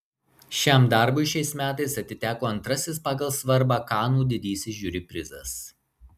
šiam darbui šiais metais atiteko antrasis pagal svarbą kanų didysis žiuri prizas